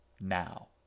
Now